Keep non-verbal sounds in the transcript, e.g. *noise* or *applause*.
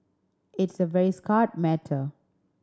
it's a very *unintelligible* matter